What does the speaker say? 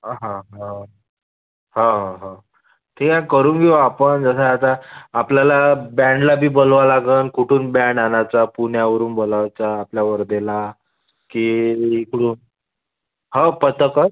हां हो हो हो ते काय करून घेऊ आपण जसं आता आपल्याला बँडलाबी बोलवावं लागेल कुठून बँड आणायचा पुण्यावरून बोलवायचा आपल्या वर्धेला की इ इकडून हव पथकं